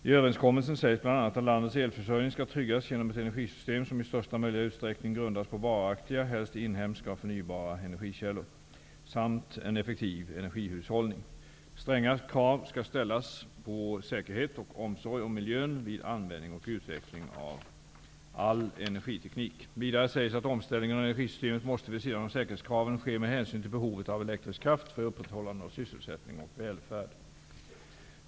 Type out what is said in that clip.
I överenskommelsen sägs bl.a. att landets elförsörjning skall tryggas genom ett energisystem som i största möjliga utsträckning grundas på varaktiga, helst inhemska och förnybara, energikällor samt en effektiv energihushållning. Stränga krav skall ställas på säkerhet och omsorg om miljön vid användning och utveckling av all energiteknik. Vidare sägs att omställningen av energisystemet måste, vid sidan av säkerhetskraven, ske med hänsyn till behovet av elektrisk kraft för upprätthållande av sysselsättning och välfärd.